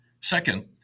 Second